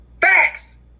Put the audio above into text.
Facts